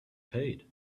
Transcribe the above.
paid